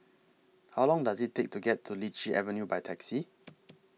How Long Does IT Take to get to Lichi Avenue By Taxi